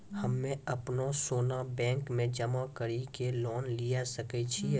हम्मय अपनो सोना बैंक मे जमा कड़ी के लोन लिये सकय छियै?